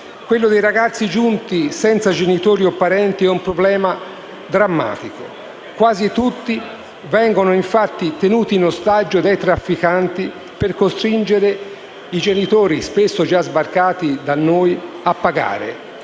Quello dei ragazzi giunti senza genitori o parenti è un problema drammatico. Quasi tutti vengono infatti tenuti in ostaggio dai trafficanti per costringere i genitori, spesso già sbarcati da noi, a pagare.